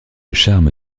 charme